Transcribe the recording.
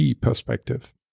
perspective